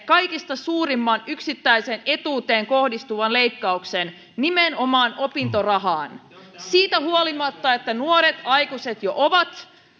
kaikista suurimman yksittäisen etuuteen kohdistuvan leikkauksen nimenomaan opintorahaan siitä huolimatta että nuoret aikuiset jo ovat